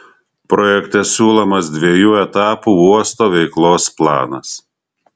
projekte siūlomas dviejų etapų uosto veiklos planas